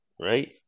right